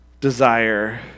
desire